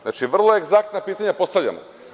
Znači, vrlo egzaktna pitanja postavljam.